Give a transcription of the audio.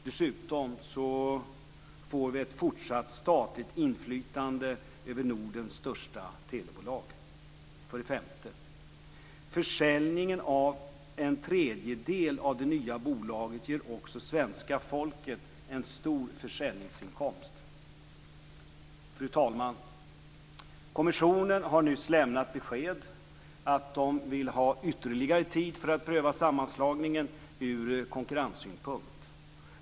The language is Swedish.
Dessutom får vi ett fortsatt statligt inflytande över Nordens största telebolag. För det femte: Försäljningen av en tredjedel av det nya bolaget ger också svenska folket en stor försäljningsinkomst. Fru talman! Kommissionen har nyss lämnat besked att de vill ha ytterligare tid för att pröva sammanslagningen ur konkurrenssynpunkt.